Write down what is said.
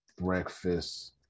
Breakfast